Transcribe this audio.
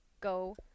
go